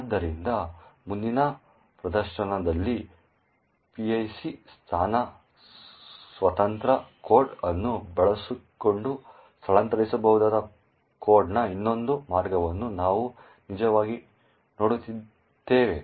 ಆದ್ದರಿಂದ ಮುಂದಿನ ಪ್ರದರ್ಶನದಲ್ಲಿ PIC ಸ್ಥಾನ ಸ್ವತಂತ್ರ ಕೋಡ್ ಅನ್ನು ಬಳಸಿಕೊಂಡು ಸ್ಥಳಾಂತರಿಸಬಹುದಾದ ಕೋಡ್ನ ಇನ್ನೊಂದು ಮಾರ್ಗವನ್ನು ನಾವು ನಿಜವಾಗಿ ನೋಡುತ್ತೇವೆ